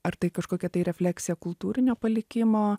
ar tai kažkokia tai refleksija kultūrinio palikimo